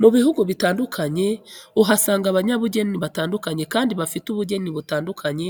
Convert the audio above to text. Mu bihugu bitandukanye uhasanga abanyabujyeni batandukakanye kandi bafite ubujyeni butandukanye